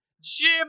Jim